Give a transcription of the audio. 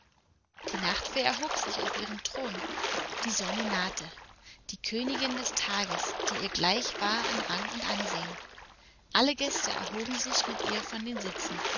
die nachtfee erhob sich auf ihrem thron die sonne nahte die königin des tages die ihr gleich war an rang und ansehen alle gäste erhoben sich mit ihr von den sitzen